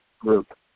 group